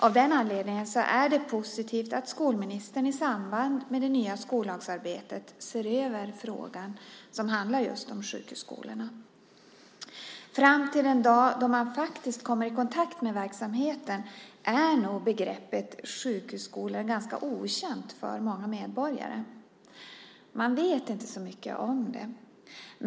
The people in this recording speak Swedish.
Av den anledningen är det positivt att skolministern i samband med det nya skollagsarbetet ser över frågan om just sjukhusskolorna. Fram till den dag då man faktiskt kommer i kontakt med verksamheten är nog begreppet sjukhusskolor ganska okänt för många medborgare. Man vet inte så mycket om dem.